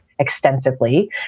extensively